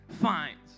Finds